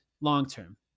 long-term